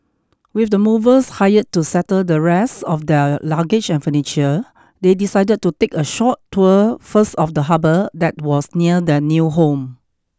with the movers hired to settle the rest of their luggage and furniture they decided to take a short tour first of the harbour that was near their new home